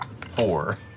Four